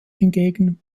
hingegen